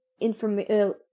information